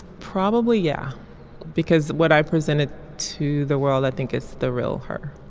probably yeah because what i presented to the world i think is the real her.